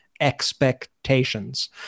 expectations